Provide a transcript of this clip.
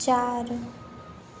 चार